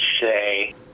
say